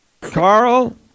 Carl